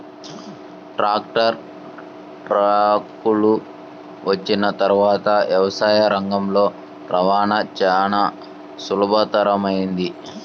tractor, ట్రక్కులు వచ్చిన తర్వాత వ్యవసాయ రంగంలో రవాణా చాల సులభతరమైంది